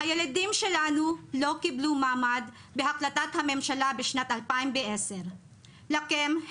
הילדים שלנו לא קיבלו מעמד בהחלטת הממשלה בשנת 2010. לכן,